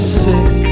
sick